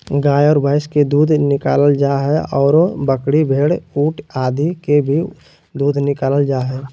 गाय आर भैंस के दूध निकालल जा हई, आरो बकरी, भेड़, ऊंट आदि के भी दूध निकालल जा हई